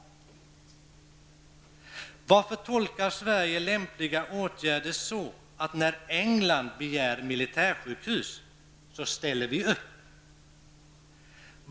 Varför tolkar Sverige ''lämpliga åtgärder'' så att när England begär militärsjukhus ställer vi upp?